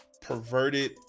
perverted